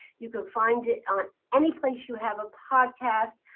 you can find it at any place you have a podcast.